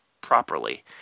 properly